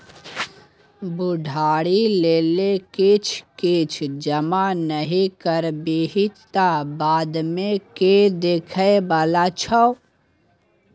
बुढ़ारी लेल किछ किछ जमा नहि करबिही तँ बादमे के देखय बला छौ?